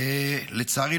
לצערי,